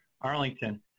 Arlington